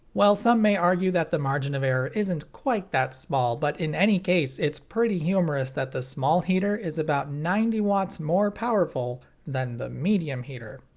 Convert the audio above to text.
well, some may argue that the margin of error isn't quite that small, but in any case it's pretty humorous that the small heater is about ninety watts more powerful than the medium heater.